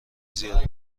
زیاد